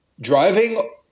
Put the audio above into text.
Driving